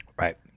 Right